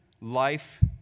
life